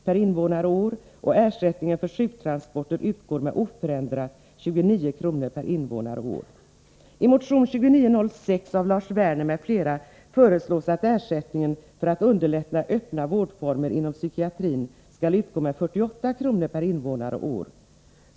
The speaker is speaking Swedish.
per invånare och år, och ersättningen för sjuktransporter utgår oförändrat med 29 kr. per invånare och år. I motion 2906 av Lars Werner m.fl. föreslås att ersättningen för att underlätta öppna vårdformer inom psykiatrin skall utgå med 48 kr. per invånare och år.